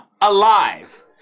alive